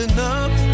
enough